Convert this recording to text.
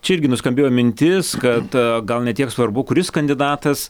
čia irgi nuskambėjo mintis kad gal ne tiek svarbu kuris kandidatas